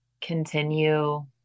continue